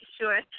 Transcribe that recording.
sure